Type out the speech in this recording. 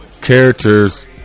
characters